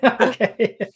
Okay